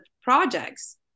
projects